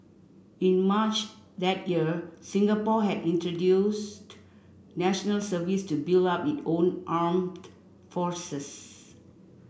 in March that year Singapore had introduced National Service to build up it own armed forces